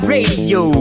Radio